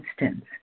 instance